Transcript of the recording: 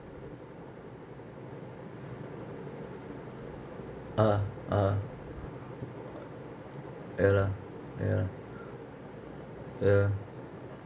a'ah a'ah ya lah ya lah ya